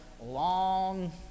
long